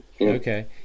Okay